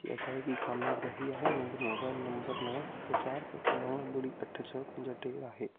जी अदायगी क़ामियाबु रही आहे मुंहिंजो मोबाइल नंबर नव सत चार सत नव ॿुड़ी अठ छह पंज टे आहे